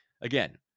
again